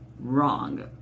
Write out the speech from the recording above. Wrong